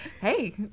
hey